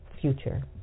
future